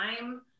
time